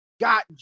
got